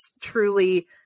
truly